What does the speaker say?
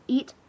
Eat